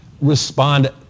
respond